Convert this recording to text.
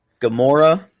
gamora